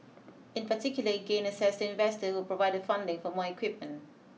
in particular it gained access to investors who provided funding for more equipment